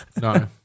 No